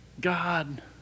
God